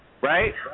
right